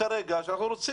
הכול באוויר.